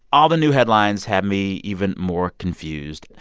all the new headlines have me even more confused.